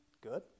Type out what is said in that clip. good